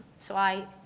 so i,